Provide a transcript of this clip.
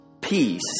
peace